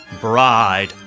Bride